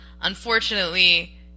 unfortunately